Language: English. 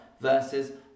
versus